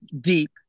deep